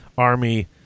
Army